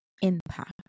impact